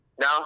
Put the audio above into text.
No